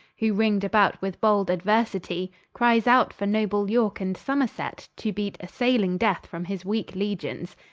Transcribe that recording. who ring'd about with bold aduersitie, cries out for noble yorke and somerset, to beate assayling death from his weake regions,